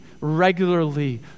regularly